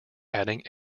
adding